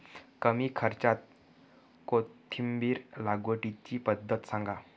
कमी खर्च्यात कोथिंबिर लागवडीची पद्धत सांगा